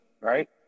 right